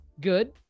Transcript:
good